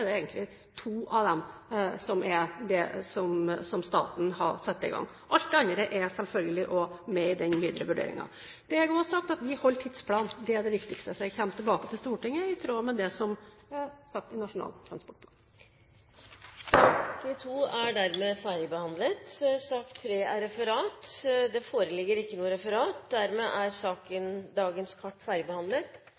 det egentlig to av dem staten har satt i gang. Alt det andre er selvfølgelig også med i den videre vurderingen. Det jeg også har sagt, er at vi holder tidsplanen – det er det viktigste. Så jeg kommer tilbake til Stortinget i tråd med det som er sagt i Nasjonal transportplan. Det foreligger ikke noe referat. Dermed er dagens kart ferdigbehandlet. Presidenten antar at representanten ikke ønsker ordet før møtet heves? – Dermed er